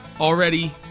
Already